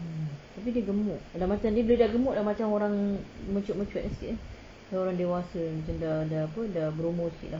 hmm tapi dia gemuk kalau macam dia budak gemuk macam orang mature mature eh sikit macam orang dewasa macam dah dah apa dah berumur sikit lah